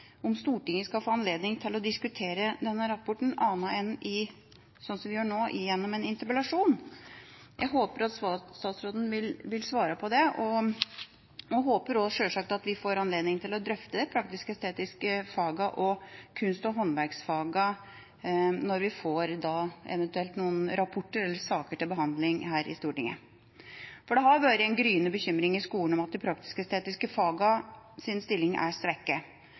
Stortinget skal få anledning til å diskutere denne rapporten på noen annen måte enn sånn som vi gjør nå, gjennom en interpellasjon? Jeg håper at statsråden vil svare på det og håper også sjølsagt at vi får anledning til å drøfte de praktisk-estetiske fagene og kunst- og håndverksfagene når vi da eventuelt får noen rapporter eller saker til behandling her i Stortinget. Det har vært en gryende bekymring i skolen for at de praktisk-estetiske fagenes stilling er svekket.